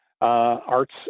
arts